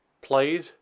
played